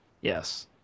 Yes